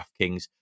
DraftKings